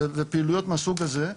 ופעילויות מהסוג הזה,